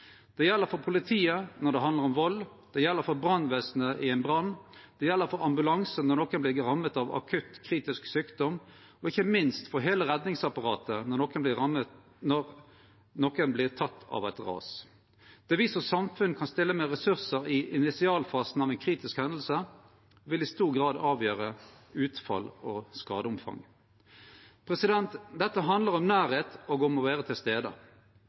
Det gjeld for politiet når det handlar om vald. Det gjeld for brannvesenet i ein brann. Det gjeld for ambulansane når einkvan vert ramma av akutt, kritisk sjukdom – og ikkje minst for heile redningsapparatet når einkvan vert teken av ras. Det me som samfunn kan stille med ressursar i initialfasen av ei kritisk hending, vil i stor grad avgjere utfall og skadeomfang. Dette handlar om nærleik og om å vere til